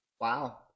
Wow